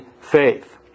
faith